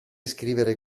scrivere